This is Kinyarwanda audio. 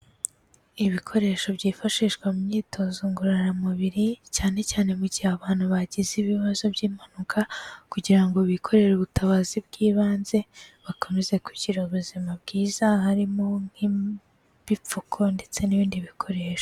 Ibikoresho byifashishwa mu myitozo ngororamubiri, cyane cyane mu gihe abantu bagize ibibazo by'impanuka kugira ngo bikorere ubutabazi bw'ibanze bakomeza kugira ubuzima bwiza, harimo nk'ibipfuko ndetse n'ibindi bikoresho.